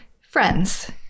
friends